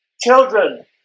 Children